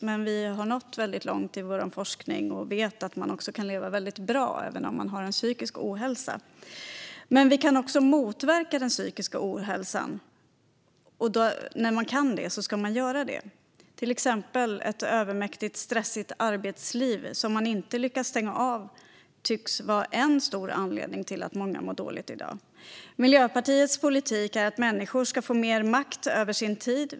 Men vi har nått långt i vår forskning och vet att man också kan leva ett väldigt bra liv, även om man drabbas av psykisk ohälsa. Den psykiska ohälsan kan dock även motverkas. När man kan göra det ska man också göra det. Till exempel tycks ett övermäktigt, stressigt arbetsliv som man inte lyckas stänga av vara en stor anledning till att många mår dåligt i dag. Miljöpartiets politik innebär att vi vill att människor ska få mer makt över sin tid.